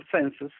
census